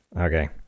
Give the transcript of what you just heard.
okay